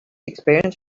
experience